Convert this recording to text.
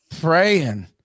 praying